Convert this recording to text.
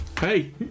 Hey